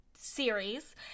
series